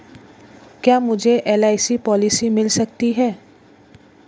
क्या मुझे LIC policy मिल सकती है?